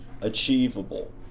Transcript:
achievable